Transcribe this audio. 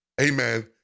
Amen